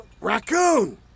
raccoon